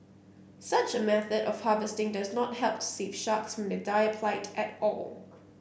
such a method of harvesting does not help to save sharks of the dire plight at all